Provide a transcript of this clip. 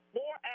more